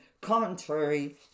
contrary